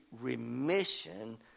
remission